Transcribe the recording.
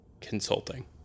consulting